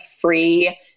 free